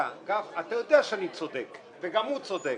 אתה יודע שאני צודק וגם הוא צודק,